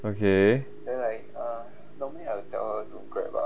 okay